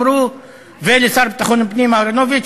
ולשר לביטחון הפנים אהרונוביץ,